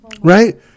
right